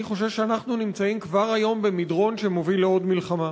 אני חושב שאנחנו נמצאים כבר היום במדרון שמוביל לעוד מלחמה,